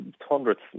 hundreds